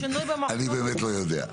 אני באמת לא יודע.